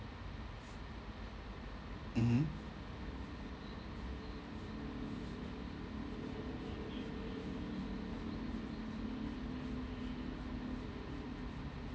mmhmm